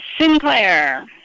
Sinclair